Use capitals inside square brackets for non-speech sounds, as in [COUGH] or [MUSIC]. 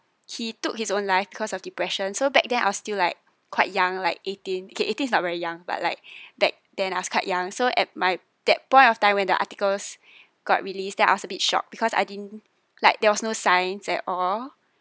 he took his own life cause of depression so back then I was still like quite young like eighteen kay eighteen is not very young but like [BREATH] back then I was quite young so at my that point of time when the articles got released then I was a bit shocked because I didn't like there was no signs at all